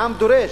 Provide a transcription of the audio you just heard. העם דורש,